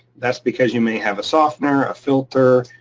that's because you may have a softener, a filter,